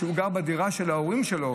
כשהוא גר בדירה של ההורים שלו,